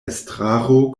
estraro